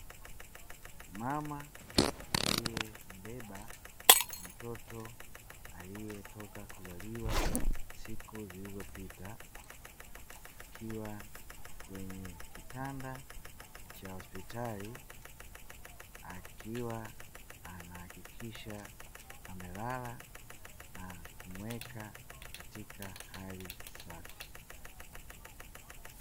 Mama aliyembeba mtoto aliyetoka kuzaliwa siku zilizopita akiwa kwenye kitanda cha hospitali, akiwa anahakikisha amelala na kumweka katika hali safi.